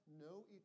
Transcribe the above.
no